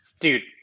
Dude